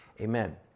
Amen